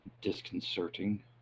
disconcerting